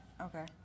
Okay